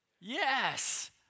Yes